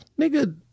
Nigga